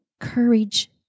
courage